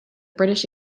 british